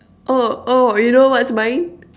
oh oh you know what's mine